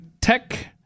Tech